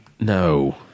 No